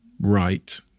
right